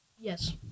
Yes